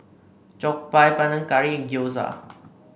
Jokbal Panang Curry and Gyoza